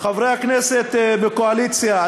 חברי הכנסת בקואליציה,